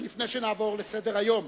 לפני שנעבור לסדר-היום,